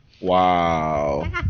Wow